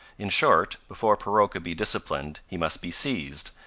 in short, before perrot could be disciplined he must be seized,